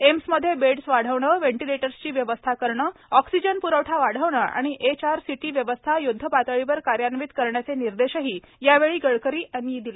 एम्समध्ये बेड़स वाढवणे व्हेंटिलेटर्सची व्यवस्था करणे ऑक्सिजन प्रवठा वाढवणे आणि एचआरसीटी व्यवस्था य्द्धपातळीवर कार्यान्वित करण्याचे निर्देशही यावेळी गडकरी यांनी दिले